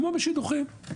כמו בשידוכים,